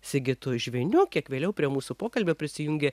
sigitu žviniu kiek vėliau prie mūsų pokalbio prisijungė